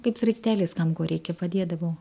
kaip sraigtelis kam ko reikia padėdavau